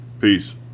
Peace